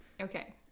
Okay